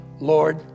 Lord